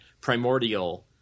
primordial